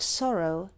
sorrow